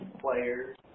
players